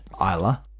Isla